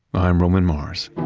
i'm roman mars